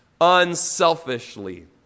unselfishly